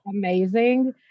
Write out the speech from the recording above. amazing